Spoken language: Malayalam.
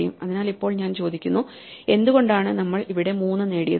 അതിനാൽ ഇപ്പോൾ ഞാൻ ചോദിക്കുന്നു എന്തുകൊണ്ടാണ് നമ്മൾ ഇവിടെ 3 നേടിയതെന്ന്